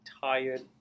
tired